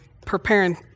preparing